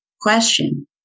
Question